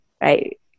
right